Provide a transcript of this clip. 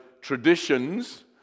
traditions